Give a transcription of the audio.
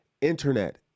internet